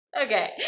Okay